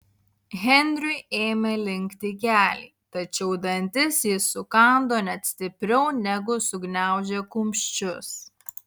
henriui ėmė linkti keliai tačiau dantis jis sukando net stipriau negu sugniaužė kumščius